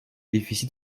déficits